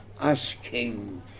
asking